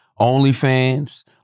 OnlyFans